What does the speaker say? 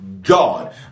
God